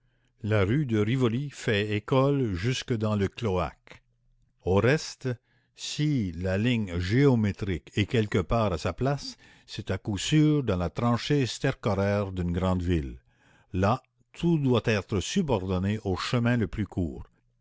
la rue de rivoli fait école jusque dans le cloaque au reste si la ligne géométrique est quelque part à sa place c'est à coup sûr dans la tranchée stercoraire d'une grande ville là tout doit être subordonné au chemin le plus court